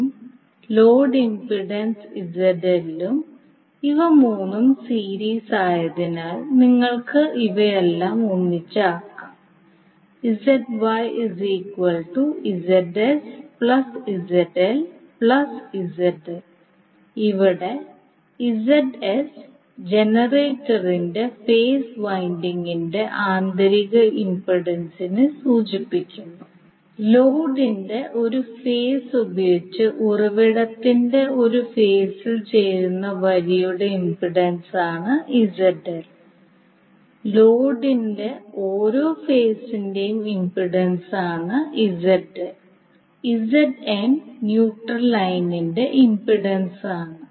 ഉം load impedance ZL ഉം ഇവ മൂന്നും സീരിയസ് ആയതിനാൽ നിങ്ങൾക്ക് അവയെല്ലാം ഒന്നിച്ച് ആക്കാം എവിടെ • Zs ജനറേറ്ററിന്റെ ഫേസ് വൈൻഡിംഗിന്റെ ആന്തരിക ഇംപിഡൻസിനെ സൂചിപ്പിക്കുന്നു • ലോഡിന്റെ ഒരു ഫേസ് ഉപയോഗിച്ച് ഉറവിടത്തിന്റെ ഒരു ഫേസിൽ ചേരുന്ന വരിയുടെ ഇംപെൻഡൻസാണ് Zl • ലോഡിന്റെ ഓരോ ഫേസിന്റെയും ഇംപെൻഡൻസാണ് ZL • Zn ന്യൂട്രൽ ലൈനിന്റെ ഇംപെൻഡൻസാണ്